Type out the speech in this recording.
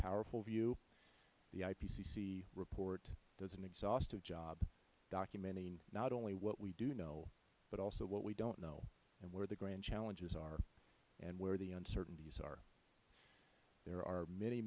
powerful view the ipcc report does an exhaustive job documenting not only what we do know but also what we don't know and where the grand challenges are and where the uncertainties are there are many